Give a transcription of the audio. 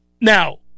Now